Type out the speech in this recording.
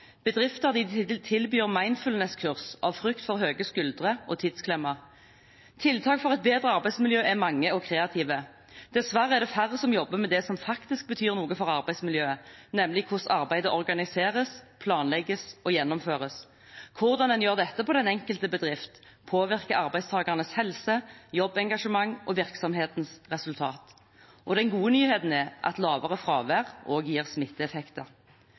Bedrifter tilbyr mindfulness-kurs av frykt for høye skuldre og tidsklemma. Tiltakene for et bedre arbeidsmiljø er mange og kreative. Dessverre er det færre som jobber med det som faktisk betyr noe for arbeidsmiljøet, nemlig hvordan arbeidet organiseres, planlegges og gjennomføres. Hvordan man gjør dette på den enkelte bedrift, påvirker arbeidstakernes helse, jobbengasjement og virksomhetens resultater. Den gode nyheten er at lavere fravær også gir smitteeffekter.